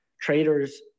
traders